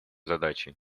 задачей